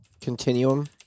Continuum